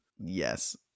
Yes